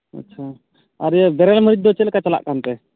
ᱟᱪᱪᱷᱟ ᱟᱨ ᱵᱮᱨᱮᱞ ᱢᱟᱹᱨᱤᱪ ᱫᱚ ᱪᱮᱫ ᱞᱮᱠᱟ ᱪᱟᱞᱟᱜ ᱠᱟᱱᱛᱮ